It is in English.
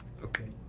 Okay